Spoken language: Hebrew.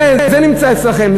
זה נמצא אצלכם,